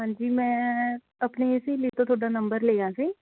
ਹਾਂਜੀ ਮੈਂ ਆਪਣੀ ਸਹੇਲੀ ਤੋਂ ਤੁਹਾਡਾ ਨੰਬਰ ਲਿਆ ਸੀ